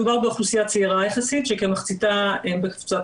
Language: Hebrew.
מדובר באוכלוסייה צעירה יחסית שמחציתה בקבוצת